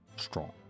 Strong